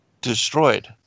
destroyed